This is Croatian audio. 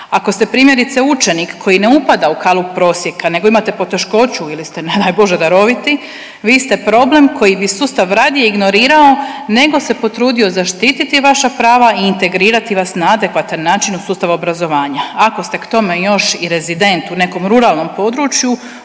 Ako ste, primjerice, učenik koji ne upada u kalup prosjeka nego imate poteškoću ili ste, ne daj Bože, daroviti, vi ste problem koji bi sustav radije ignorirao nego se potrudio zaštiti vaša prava i integrirati vas na adekvatan način u sustav obrazovanja. Ako ste k tome još i rezident u nekom ruralnom području